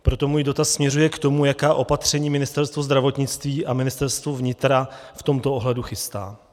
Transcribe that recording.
Proto můj dotaz směřuje k tomu, jaká opatření Ministerstvo zdravotnictví a Ministerstvo vnitra v tomto ohledu chystá.